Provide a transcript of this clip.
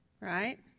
right